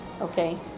okay